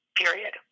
period